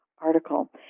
article